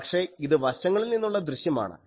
പക്ഷേ ഇത് വശങ്ങളിൽ നിന്നുള്ള ദൃശ്യം ആണ്